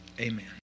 Amen